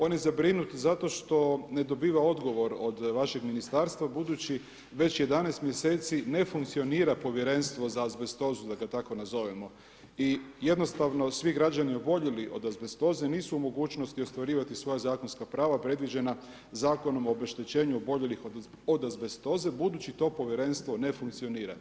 On je zabrinut zato što ne dobiva odgovor od vašeg Ministarstva, budući već 11 mjeseci ne funkcionira Povjerenstvo za azbestozu, da ga tako nazovemo, i jednostavno svi građani oboljeli od azbestoze nisu u mogućnosti ostvarivati svoja zakonska prava predviđena Zakonom o obeštećenju oboljelih od azbestoze budući to Povjerenstvo ne funkcionira.